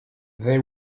they